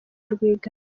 rwigara